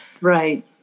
Right